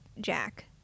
Jack